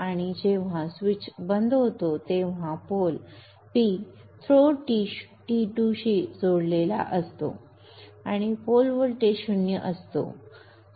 आणि जेव्हा स्विच बंद होतो तेव्हा ध्रुव P थ्रो T2 शी जोडलेला असतो आणि पोल व्होल्टेज 0 असतो